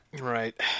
Right